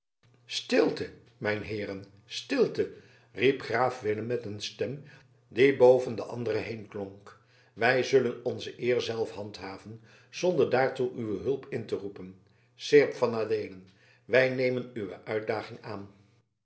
stilte mijn heeren stilte riep graaf willem met een stem die boven de andere heenklonk wij zullen onze eer zelf handhaven zonder daartoe uwe hulp in te roepen seerp van adeelen wij nemen uwe uitdaging aan